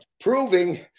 proving